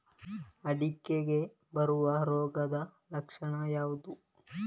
ಅಡಿಕೆಗೆ ಬರುವ ರೋಗದ ಲಕ್ಷಣ ಯಾವುದು?